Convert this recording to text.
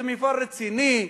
זה מפעל רציני,